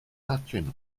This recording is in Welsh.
catrin